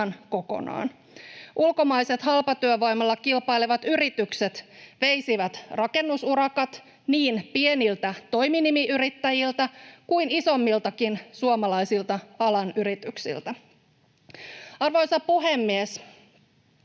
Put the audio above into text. kokonaan. Ulkomaiset halpatyövoimalla kilpailevat yritykset veisivät rakennusurakat niin pieniltä toiminimiyrittäjiltä kuin isommiltakin suomalaisilta alan yrityksiltä. Arvoisa puhemies!